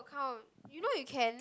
count you know you can